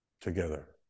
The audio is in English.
together